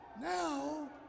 Now